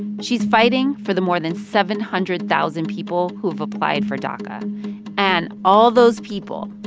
she's fighting for the more than seven hundred thousand people who've applied for daca and all those people,